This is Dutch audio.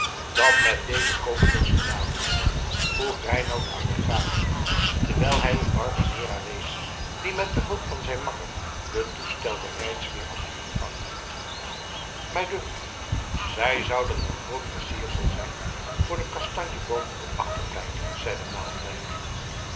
dat met deze kokelers gedaan worde vroeg reinout aan den graaf terwijl hij op barbanera wees die met behulp van zijn makker den toestel bereids weer had ingepakt mij dunkt zij zouden een groot versiersel zijn voor den kastanjeboom op het achterplein zeide naaldwijk